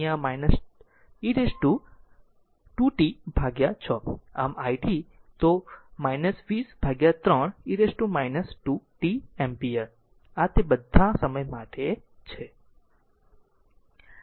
આમ 40 e t 2 t6 આમ ix t તો 203 e t 2 t એમ્પીયર આ તે બધા સમય માટે છે